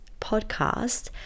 podcast